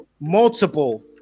multiple